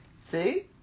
See